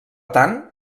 tant